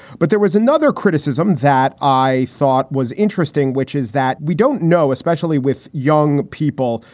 but there was another criticism that i thought was interesting, which is that we don't know, especially with young people,